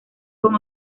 con